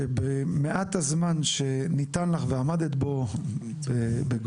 שבמעט הזמן שניתן לך ועמדת בו בגבורה,